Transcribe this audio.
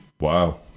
Wow